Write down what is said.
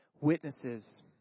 witnesses